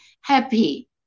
happy